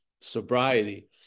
sobriety